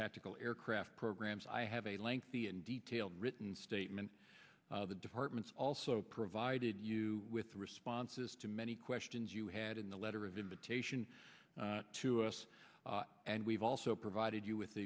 tactical aircraft programs i have a lengthy and detailed written statement the department's also provided you with responses to many questions you had in the letter of invitation to us and we've also provided you with